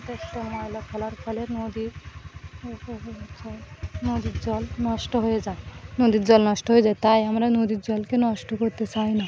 যথেষ্ট ময়লা ফেলার ফলে নদীর নদীর জল নষ্ট হয়ে যায় নদীর জল নষ্ট হয়ে যায় তাই আমরা নদীর জলকে নষ্ট করতে চাই না